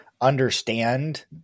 understand